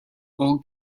old